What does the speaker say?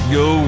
go